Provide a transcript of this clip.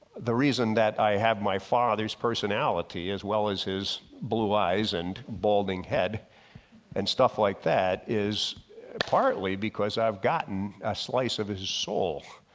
the reason that i have my father's personality as well as his blue eyes and balding head and stuff like that is partly because i've gotten a slice of his soul.